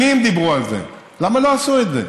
שנים דיברו על זה, למה לא עשו את זה?